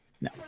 No